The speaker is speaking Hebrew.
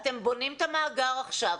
אתם בונים את המאגר עכשיו.